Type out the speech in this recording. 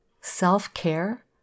self-care